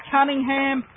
Cunningham